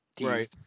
Right